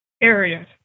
areas